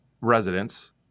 residents